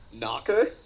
Knocker